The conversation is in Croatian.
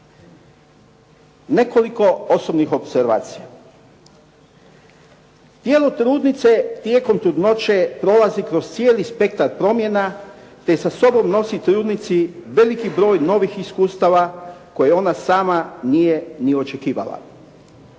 Nekoliko osobnih opservacija. Tijelo trudnice tijekom trudnoće prolazi kroz cijeli spektar promjena te sa sobom nosi trudnici veliki broj novih iskustava koje ona sama nije ni očekivala.